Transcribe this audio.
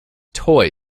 toy